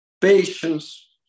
patience